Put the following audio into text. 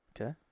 Okay